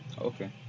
Okay